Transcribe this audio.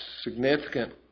significant